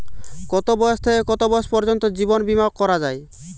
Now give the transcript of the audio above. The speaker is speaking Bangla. কতো বয়স থেকে কত বয়স পর্যন্ত জীবন বিমা করা যায়?